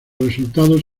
resultados